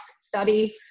study